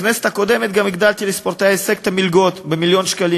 בכנסת הקודמת גם הגדלתי לספורטאי ההישג את המלגות במיליון שקלים